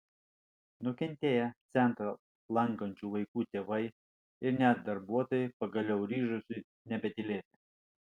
nukentėję centrą lankančių vaikų tėvai ir net darbuotojai pagaliau ryžosi nebetylėti